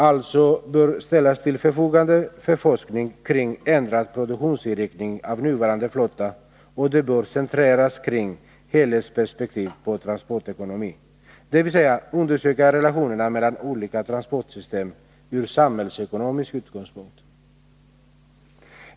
Anslag bör ställas till förfogande för forskning kring ändrad produktionsinriktning av nuvarande flotta, och den bör centreras kring helhetsperspektiv på transportekonomi, dvs. undersöka relationerna mellan olika transportsystem från samhällsekonomisk utgångspunkt.